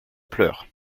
pleurs